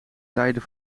tijden